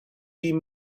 die